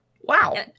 Wow